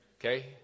Okay